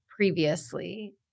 previously